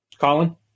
Colin